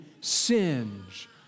singe